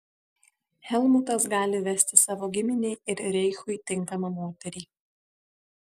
helmutas gali vesti savo giminei ir reichui tinkamą moterį